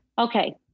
Okay